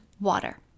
water